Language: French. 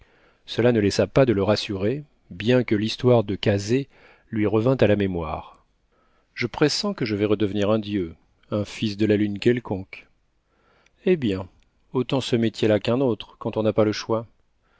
cela ne laissa pas de le rassurer bien que l'histoire de kazeh lui revint à la mémoire je pressens que je vais redevenir un dieu un fils de la lune quelconque eh bien autant ce métier-là qu'un autre quand on n'a pas le choix